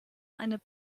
eine